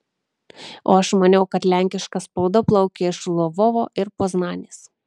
o aš maniau kad lenkiška spauda plaukė iš lvovo ir poznanės